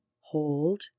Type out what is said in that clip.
Hold